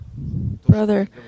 Brother